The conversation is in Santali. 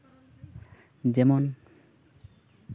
ᱡᱮᱢᱚᱱ